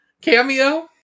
cameo